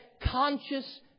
conscious